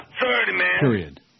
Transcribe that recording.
period